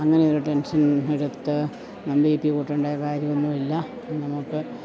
അങ്ങനെ ഒരു ടെൻഷൻ എടുത്ത് ബി പി കൂട്ടേണ്ട കാര്യമൊന്നും ഇല്ല നമുക്ക്